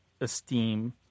esteem